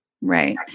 Right